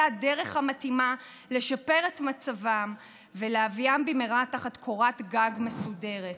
הדרך המתאימה לשפר את מצבם ולהביאם במהרה תחת קורת גג מסודרת.